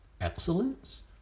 excellence